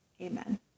Amen